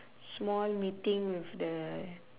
small meeting with the